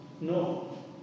No